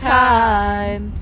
time